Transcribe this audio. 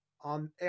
on